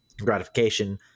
gratification